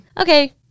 okay